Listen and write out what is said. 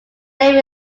name